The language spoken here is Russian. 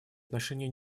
отношения